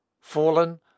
fallen